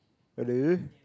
really